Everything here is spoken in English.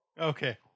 Okay